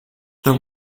there